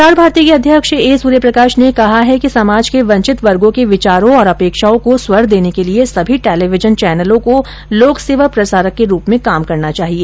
प्रसार भारती के अध्यक्ष ए सूर्य प्रकाश ने कहा है कि समाज के वंचित वर्गो के विचारों और अपेक्षाओं को स्वर देने के लिए सभी टेलीविजन चैनलों को लोक सेवा प्रसारक के रूप में काम करना चाहिए